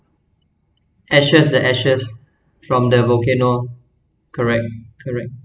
ashes the ashes from the volcano correct correct